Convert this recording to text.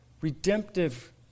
redemptive